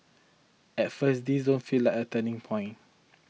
at first this don't feel like a turning point